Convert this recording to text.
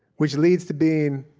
which leads to being,